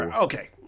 Okay